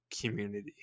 community